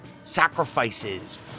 sacrifices